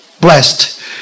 blessed